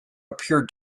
appear